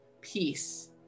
peace